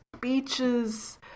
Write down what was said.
beaches